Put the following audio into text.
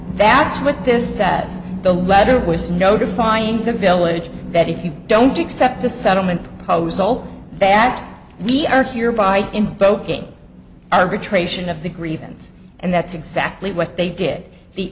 that's what this is as the letter was notifying the village that if you don't accept the settlement pozole that we are here by invoking arbitration of the grievance and that's exactly what they did the